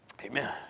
Amen